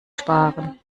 sparen